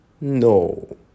No